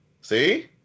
See